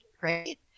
right